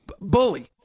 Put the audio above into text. Bully